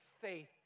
faith